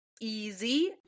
easy